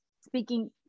speaking